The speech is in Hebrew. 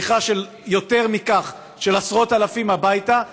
יותר מזה, ושליחה של עשרות אלפים הביתה.